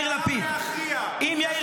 לפיד --- בוא ניתן לעם להכריע --- לעם.